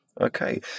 Okay